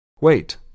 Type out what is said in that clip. Wait